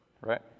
Right